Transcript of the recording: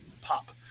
pop